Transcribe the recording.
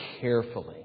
carefully